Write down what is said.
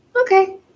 Okay